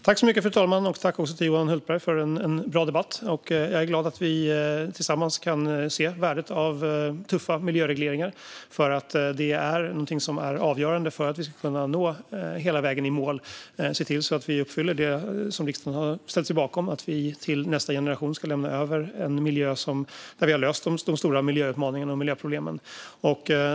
Fru talman! Tack, Johan Hultberg, för en bra debatt! Jag är glad att vi tillsammans kan se värdet av tuffa miljöregleringar. Det är någonting som är avgörande för att vi ska kunna nå hela vägen i mål och se till att vi uppfyller det som riksdagen har ställt sig bakom, det vill säga att vi till nästa generation ska lämna över en miljö där vi har löst de stora miljöutmaningarna och miljöproblemen.